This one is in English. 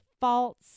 false